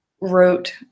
wrote